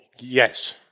Yes